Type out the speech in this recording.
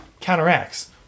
Counteracts